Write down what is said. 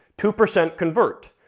two percent convert.